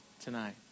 tonight